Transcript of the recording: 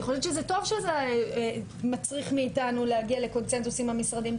אני חושבת שזה טוב שזה מצריך מאיתנו להגיע לקונצנזוס עם המשרדים,